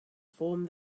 form